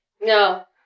No